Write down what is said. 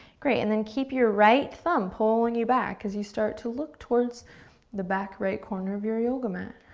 great, and then keep your right thumb pulling you back as you start to look towards the back right corner of your yoga mat.